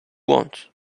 want